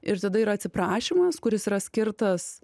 ir tada yra atsiprašymas kuris yra skirtas